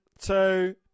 two